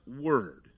word